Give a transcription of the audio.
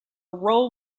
role